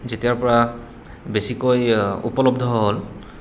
যেতিয়াৰ পৰা বেছিকৈ উপলব্ধ হ'ল